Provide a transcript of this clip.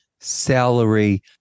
salary